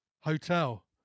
Hotel